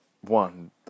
one